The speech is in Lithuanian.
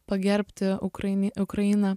pagerbti ukrain ukrainą